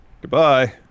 Goodbye